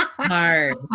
Hard